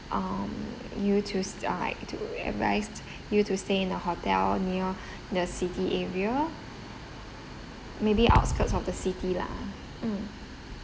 um you to s~ uh like to advised you to stay in a hotel near the city area maybe outskirts of the city lah mm